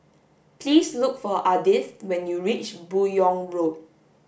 please look for Ardith when you reach Buyong Road